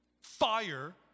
Fire